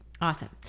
Awesome